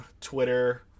Twitter